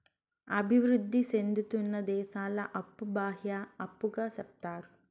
అభివృద్ధి సేందుతున్న దేశాల అప్పు బాహ్య అప్పుగా సెప్తారు